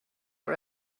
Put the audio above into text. are